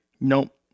Nope